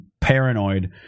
paranoid